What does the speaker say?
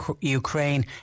Ukraine